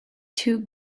two